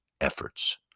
efforts